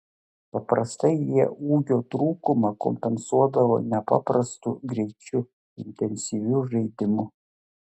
paprastai jie ūgio trūkumą kompensuodavo nepaprastu greičiu intensyviu žaidimu